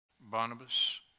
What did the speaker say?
Barnabas